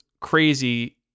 crazy